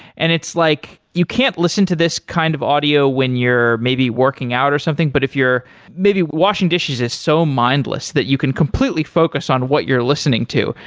and it's like you can't listen to this kind of audio when you're maybe working out or something, but if you're maybe washing dishes, it's so mindless that you can completely focus on what you're listening to.